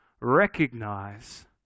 recognize